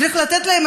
צריך לתת להם,